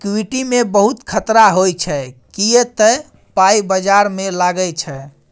equity मे बहुत खतरा होइ छै किए तए पाइ बजार मे लागै छै